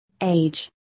age